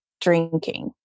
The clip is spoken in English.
drinking